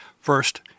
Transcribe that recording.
First